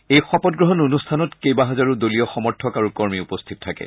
এই শপতগ্ৰহণ অনুষ্ঠানত কেইবাহাজাৰো দলীয় সমৰ্থক আৰু কৰ্মী উপস্থিত থাকে